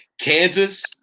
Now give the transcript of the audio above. Kansas